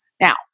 Now